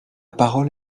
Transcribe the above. parole